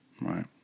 Right